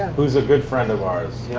who is a good friend of ours.